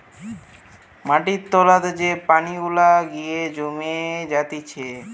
মাটির তোলাতে যে পানি গুলা গিয়ে জমে জাতিছে